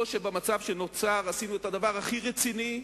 או שבמצב שנוצר עשינו את הדבר הכי רציני,